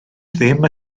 ddim